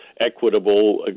equitable